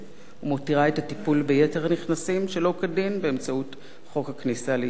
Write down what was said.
ומותירה את הטיפול ביתר הנכנסים שלא כדין באמצעות חוק הכניסה לישראל.